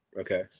Okay